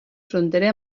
fronterer